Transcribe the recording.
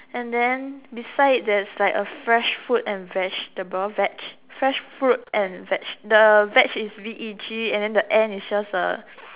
and then beside there's like a fresh fruit and vegetable veg fresh fruit and veg the veg is V E G and the and is just the